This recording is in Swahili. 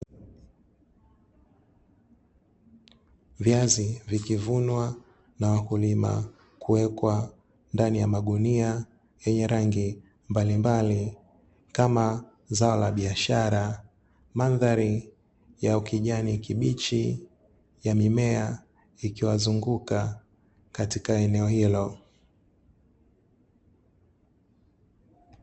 Viazi vikivunwa na kuwekwa ndani ya magunia yenye rangi mbalimbali yenye zao la biashara, madhari ya ukijani kibichi ya mimea ikiwazunguka katika eneo hilo.